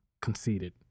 conceded